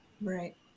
right